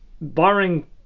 barring